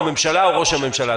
ממשלה או ראש הממשלה.